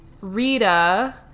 Rita